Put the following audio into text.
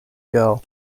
girl